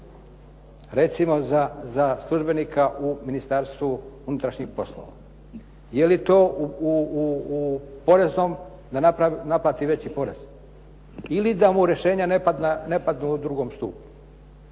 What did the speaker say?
Recimo za službenika u Ministarstvu unutrašnjih poslova. Je li to u poreznom da naplati veći poraz ili da mu rješenja ne padnu u drugom stupu.